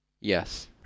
Yes